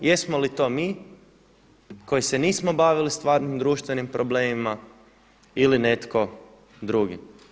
Jesmo li to mi koji se nismo bavili stvarnim društvenim problemima ili netko drugi.